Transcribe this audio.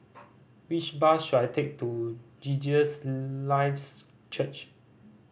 which bus should I take to Jesus Lives Church